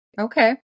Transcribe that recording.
okay